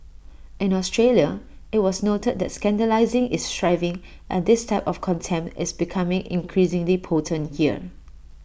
in Australia IT was noted that scandalising is thriving and this type of contempt is becoming increasingly potent there